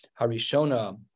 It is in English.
Harishona